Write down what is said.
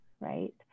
right